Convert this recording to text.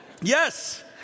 Yes